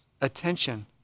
attention